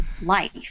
life